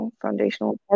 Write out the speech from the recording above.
foundational